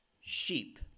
sheep